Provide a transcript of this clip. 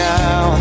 now